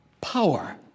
power